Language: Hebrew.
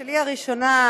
שלי הראשונה,